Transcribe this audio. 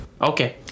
Okay